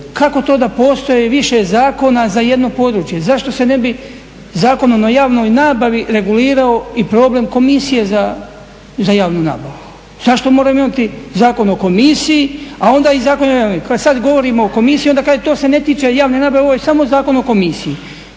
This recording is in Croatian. kako to da postoji više zakona za jedno područje, zašto se ne bi Zakonom o javnoj nabavi regulirao i problem komisije za javnu nabavu? Zašto moramo imati Zakon o komisiji a onda i Zakon o javnoj nabavi? Kad sad govorimo o komisiji, onda kažemo to se ne tiče javne nabave, ovo je samo Zakon o komisiji.